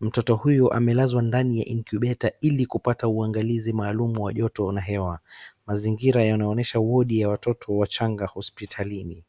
Mtoto huy amelazwa ndani ya incubator ili kupata maangalizi maalum ya joto na hewa. Mazingira yanaonyesha wodi ya watoto wachanga hospitalini.